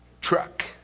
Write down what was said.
truck